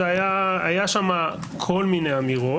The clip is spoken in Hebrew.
היה שמה כל מיני אמירות.